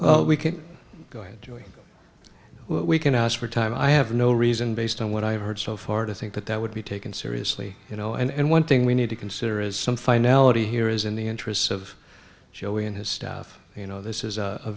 counsel we can go enjoy what we can ask for time i have no reason based on what i've heard so far to think that that would be taken seriously you know and one thing we need to consider is some finality here is in the interests of joey and his staff you know this is a